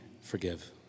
forgive